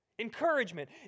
Encouragement